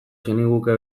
zeniguke